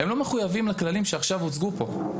לא מחויבים לכללים שעכשיו הוא הוצגו פה.